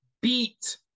beat